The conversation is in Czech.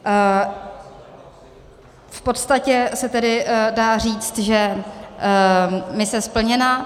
V podstatě se tedy dá říct, že mise splněna.